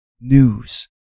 news